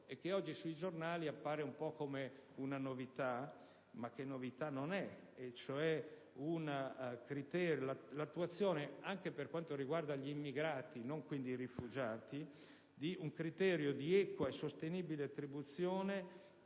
e che oggi sui giornali appare un po' come una novità, ma che tale non è. Si tratta cioè dell'attuazione, anche per quanto riguarda gli immigrati, quindi non i rifugiati, di un criterio di equa e sostenibile attribuzione,